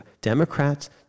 Democrats